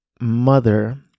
mother